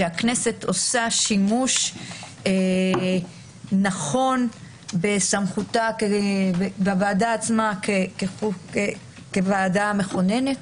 שהכנסת עושה שימוש נכון בסמכותה בוועדה עצמה כוועדה מכוננת.